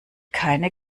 keine